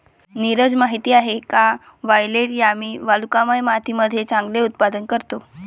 नीरज माहित आहे का वायलेट यामी वालुकामय मातीमध्ये चांगले उत्पादन करतो?